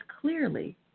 clearly